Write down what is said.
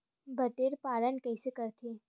बटेर पालन कइसे करथे?